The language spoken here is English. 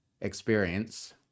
experience